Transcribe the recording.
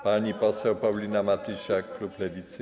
Pani poseł Paulina Matysiak, klub Lewicy.